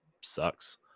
sucks